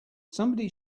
somebody